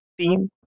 team